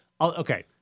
Okay